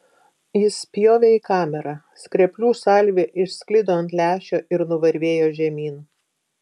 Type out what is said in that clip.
jis spjovė į kamerą skreplių salvė išsklido ant lęšio ir nuvarvėjo žemyn